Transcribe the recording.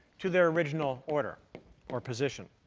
to their original order or position.